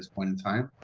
point in time.